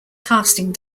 casting